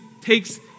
takes